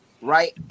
right